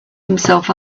himself